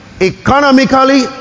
economically